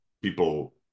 people